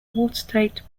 watertight